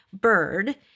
bird